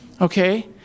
Okay